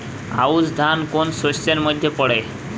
আউশ ধান কোন শস্যের মধ্যে পড়ে?